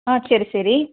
ஆ சரி சரி